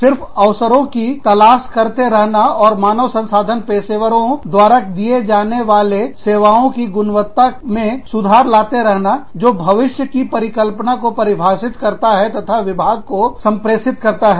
सिर्फ अवसरों की तलाश करते रहना और मानव संसाधन पेशेवरों द्वारा दिए जाने वाले सेवाओं की गुणवत्ता में सुधार लाते रहना जो भविष्य की परिकल्पना को परिभाषित करता है तथा विभाग को संप्रेषित करता है